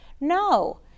No